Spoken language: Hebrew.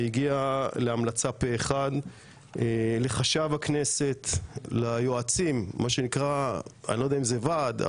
והגיעה להמלצה פה אחד; לחשב הכנסת; ליועצים אני לא יודע אם זה ועד,